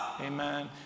Amen